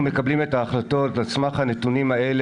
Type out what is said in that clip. מה שאני בא לחדש לכם שאנחנו מקבלים את ההחלטות על סמך הנתונים האלה,